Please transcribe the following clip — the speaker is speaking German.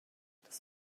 das